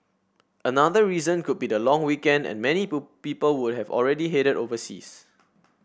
another reason could be the long weekend and many people would have already headed overseas